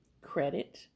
credit